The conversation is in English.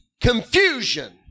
confusion